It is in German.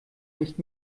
nicht